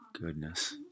Goodness